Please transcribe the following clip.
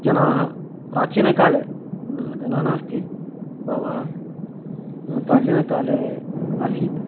जनाः प्राचीनकाले अधुना नास्ति भव प्राचीनकाले आसीत्